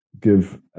give